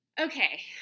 Okay